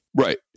Right